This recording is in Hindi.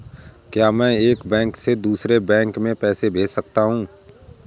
क्या मैं एक बैंक से दूसरे बैंक में पैसे भेज सकता हूँ?